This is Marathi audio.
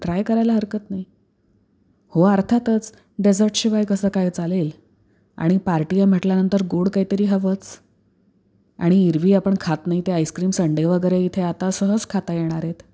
ट्राय करायला हरकत नाही हो अर्थातच डेजर्टशिवाय कसं काय चालेल आणि पार्टी आहे म्हटल्यानंतर गोड काही तरी हवंच आणि एरव्ही आपण खात नाही ते आईस्क्रीम संडे वगैरे इथे आता सहज खाता येणार आहेत